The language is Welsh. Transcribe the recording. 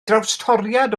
drawstoriad